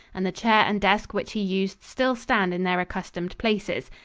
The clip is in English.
and the chair and desk which he used still stand in their accustomed places.